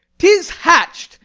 tis hatch'd,